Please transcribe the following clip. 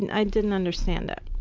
and i didn't understand it.